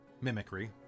mimicry